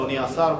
אדוני השר,